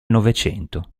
novecento